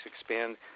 expand